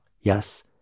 Yes